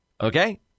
Okay